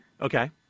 Okay